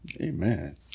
Amen